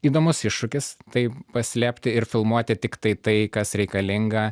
įdomus iššūkis tai paslėpti ir filmuoti tiktai tai kas reikalinga